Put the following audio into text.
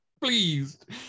pleased